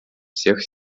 всех